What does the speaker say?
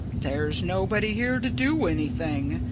there's nobody here to do anything,